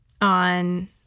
on